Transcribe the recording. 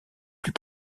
plus